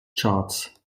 charts